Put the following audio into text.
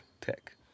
tech